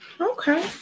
Okay